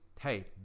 Hey